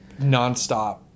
nonstop